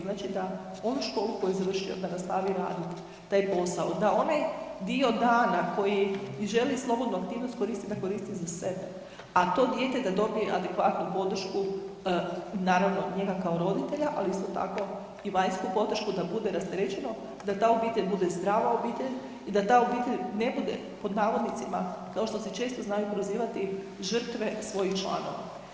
Znači da onu školu koju je završio da nastavi radit taj posao, da onaj dio dana koji želi slobodnu aktivnost koristit da koristi za sebe, a to dijete da dobije adekvatnu podršku naravno njega kao roditelja, ali isto tako i vanjsku podršku, da bude rasterećeno, da ta obitelj bude zdrava obitelj i da ta obitelj ne bude pod navodnicima kao što se često znaju prozivati žrtve svojih članova.